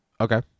Okay